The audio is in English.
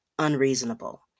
Unreasonable